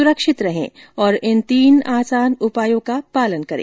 सुरक्षित रहें और इन तीन आसान उपायों का पालन करें